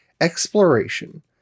Exploration